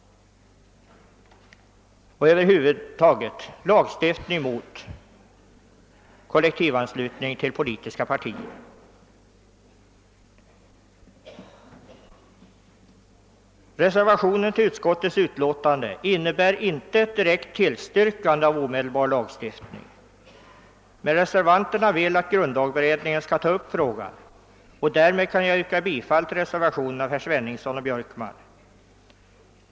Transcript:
Denna lagstiftning bör gälla kollektivanslutningen över huvud taget till politiska partier. Reservationen till utskottets utlåtande innebär inte ett direkt tillstyrkande av omedelbar lagstiftning, men reservanterna önskar att grundlagberedningen skall ta upp frågan, och därför kan jag yrka bifall till reservationen av herrar Sveningsson och Björkman.